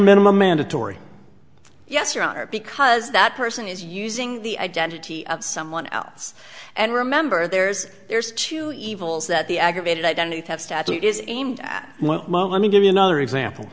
minimum mandatory yes your honor because that person is using the identity of someone else and remember there's there's two evils that the aggravated identity theft statute is aimed at one moment to give you another example